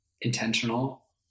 intentional